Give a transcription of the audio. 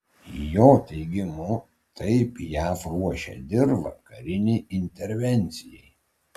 jo teigimu taip jav ruošia dirvą karinei intervencijai